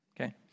okay